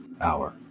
hour